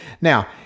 Now